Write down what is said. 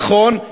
נכון,